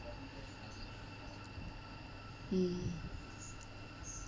mm